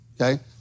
okay